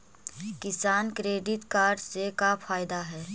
किसान credit card से का फायदा है?